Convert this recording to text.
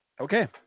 Okay